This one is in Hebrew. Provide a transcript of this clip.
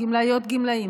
גמלאיות-גמלאים,